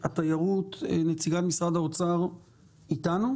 והתיירות, נציגת משרד האוצר איתנו?